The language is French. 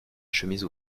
chemise